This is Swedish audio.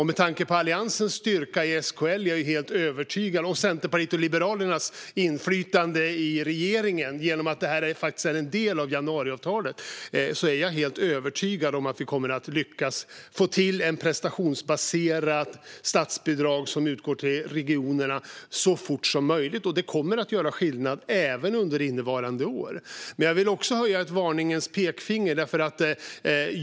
Med tanke på Alliansens styrka i SKL, och med Centerpartiets och Liberalernas inflytande i regeringen genom att det är en del av januariavtalet, är jag helt övertygad om att vi kommer att lyckas att få till ett prestationsbaserat statsbidrag som utgår till regionerna så fort som möjligt. Det kommer att göra skillnad även under innevarande år. Jag vill också höja ett varningens pekfinger.